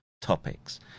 topics